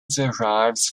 derives